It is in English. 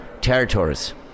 territories